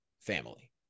family